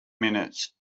minutes